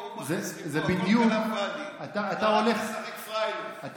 הוא מכניס פה, כמו כלאם פאדי, ממש, ממש, זה בדיוק.